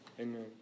Amen